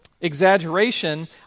exaggeration